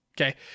Okay